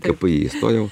kpi įstojau